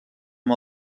amb